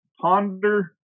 ponder